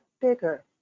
bigger